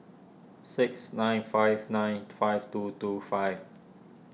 six nine five nine five two two five